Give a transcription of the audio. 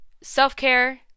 self-care